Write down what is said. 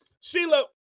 Sheila